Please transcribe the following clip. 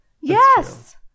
Yes